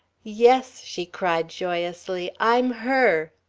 yes, she cried joyously, i'm her!